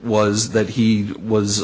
was that he was